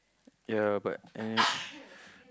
ya but uh